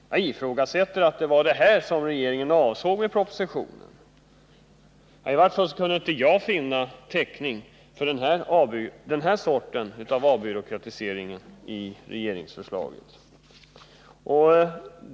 Jag ifrågasätter om det var sådant regeringen avsåg med sin proposition. I vart fall kan inte jag finna någon täckning för den här sortens avbyråkratisering i regeringsförslaget.